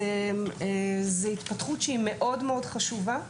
זה התפתחות שהיא מאוד מאוד חשובה.